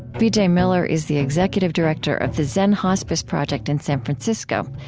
b j. miller is the executive director of the zen hospice project in san francisco,